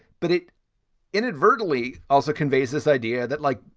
but it inadvertently also conveys this idea that like,